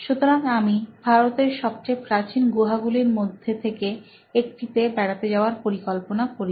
সুতরাং আমি ভারতের সবচেয়ে প্রাচীন গুহাগুলির মধ্য থেকে একটিতে বেড়াতে যাওয়ার পরিকল্পনা করি